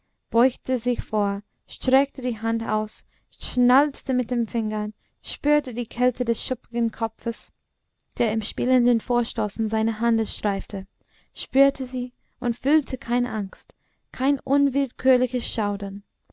beugte sich vor streckte die hand aus schnalzte mit den fingern spürte die kälte des schuppigen kopfes der im spielenden vorstoßen seine hand streifte spürte sie und fühlte keine angst kein unwillkürliches schaudern